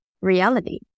reality